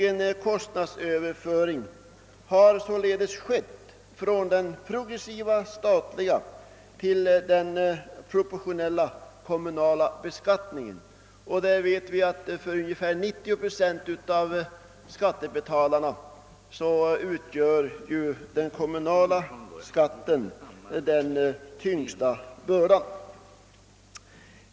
En kostnadsöverföring har således skett från den progressiva statliga till den proportionella kommunala beskattningen. Vi vet att för ungefär 90 procent av skattebetalarna den kommunala skatten utgör den tyngsta bördan.